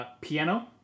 Piano